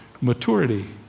maturity